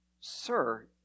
Sir